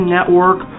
Network